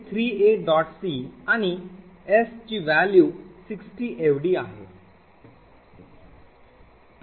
c आणि s ची value 60 एवढी आहे